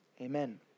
Amen